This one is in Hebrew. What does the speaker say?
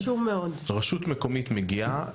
רשות מקומית מגיעה,